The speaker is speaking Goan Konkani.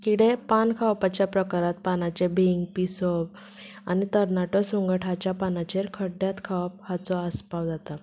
किडे पान खावपाच्या प्रकारांत पानाचे बिंग पिसो आनी तरनाटो सुंगट हाच्या पानाचेर खड्ड्यांत खावप हाचो आस्पाव जाता